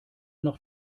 noch